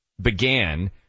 began